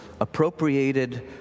appropriated